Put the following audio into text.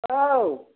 औ